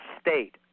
state